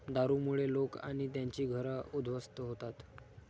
दारूमुळे लोक आणि त्यांची घरं उद्ध्वस्त होतात